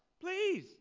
Please